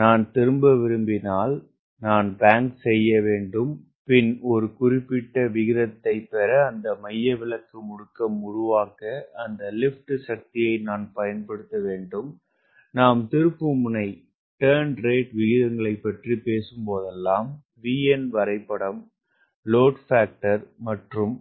நான் திரும்ப விரும்பினால் நான் பேங்க செய்ய வேண்டும் பின் ஒரு குறிப்பிட்ட விகிதத்தை பெற அந்த மையவிலக்கு முடுக்கம் உருவாக்க அந்த லிப்ட் சக்தியை நான் பயன்படுத்த வேண்டும் நாம் திருப்புமுனை விகிதங்களைப் பற்றி பேசும்போதெல்லாம் V n வரைபடம் லோடு பாக்டர் மற்றும்